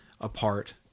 apart